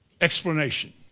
explanation